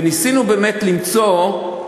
וניסינו באמת למצוא את הדרך.